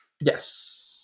yes